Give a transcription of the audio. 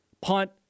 punt